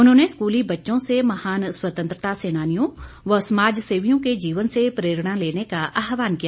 उन्होंने स्कूली बच्चों से महान स्वतंत्रता सैनानियों व समाज सेवियों के जीवन से प्रेरणा लेने का आहवान किया